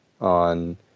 on